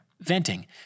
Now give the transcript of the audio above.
Venting